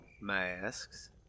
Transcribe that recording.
Masks